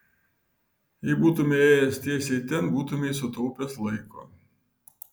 jei būtumei ėjęs tiesiai ten būtumei sutaupęs laiko